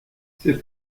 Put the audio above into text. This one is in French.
c’est